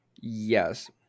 yes